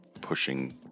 pushing